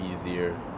easier